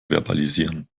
verbalisieren